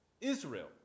Israel